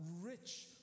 rich